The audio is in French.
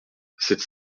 sept